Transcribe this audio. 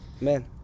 Man